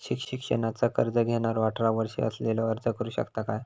शिक्षणाचा कर्ज घेणारो अठरा वर्ष असलेलो अर्ज करू शकता काय?